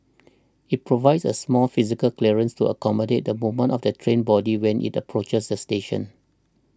it provides a small physical clearance to accommodate the movement of the train body when it approaches the station